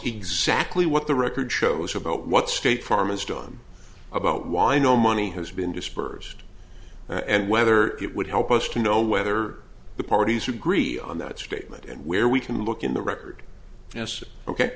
exactly what the record shows about what state farm is drawn about why no money has been dispersed and whether it would help us to know whether the parties agree on that statement and where we can look in the record yes ok